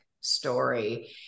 story